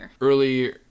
early